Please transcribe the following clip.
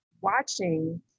watching